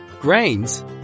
grains